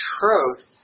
truth